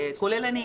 כולל אני.